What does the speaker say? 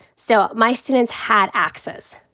so my students had access.